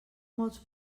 molt